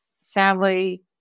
sadly